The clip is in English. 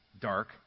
dark